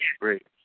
great